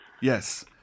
Yes